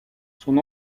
son